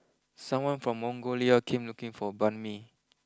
someone from Mongolia came looking for Banh Mi